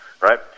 Right